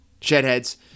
Shedheads